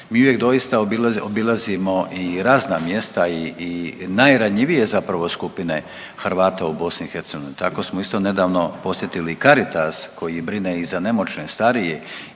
mi uvijek doista obilazimo i razna mjesta i najranjivije zapravo skupine Hrvata u BiH, tako smo isto tako nedavno posjetili Caritas koji brine i za nemoćne i starije